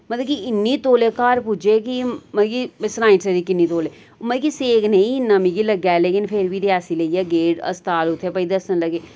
मतलब कि इन्नी तौले घर पुज्जे कि मतलब कि मैं सनाई नि सकदी किन्नी तौले मतलब कि सेक नेईं इन्ना मिकी लग्गेआ लेकिन फिर बी रेआसी लेइयै गे हस्पताल उत्थै भाई दस्सन लगे